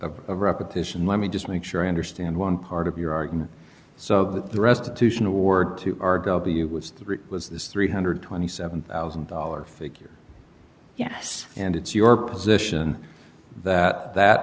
of repetition let me just make sure i understand one part of your argument so the restitution award to the you was three was this three hundred and twenty seven thousand dollars figure yes and it's your position that that